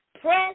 press